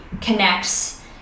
connects